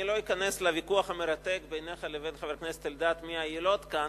אני לא אכנס לוויכוח המרתק בינך לבין חבר הכנסת אלדד מי היליד כאן,